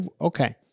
okay